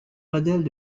modèles